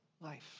Life